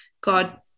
God